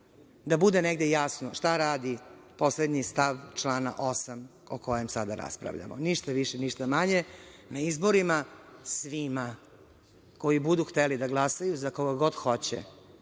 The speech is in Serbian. bude negde jasno šta radi poslednji stav člana 8. o kojem sada raspravljamo. Ništa više, ništa manje. Na izborima svima koji budu hteli da glasaju za koga god hoće